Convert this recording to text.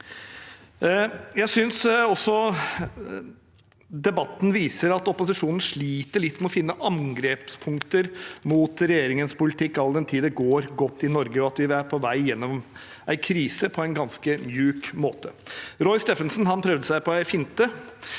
Jeg synes også debatten viser at opposisjonen sliter litt med å finne angrepspunkter mot regjeringens politikk, all den tid det går godt i Norge og vi er på vei gjennom en krise på en ganske myk måte. Roy Steffensen prøvde seg på en finte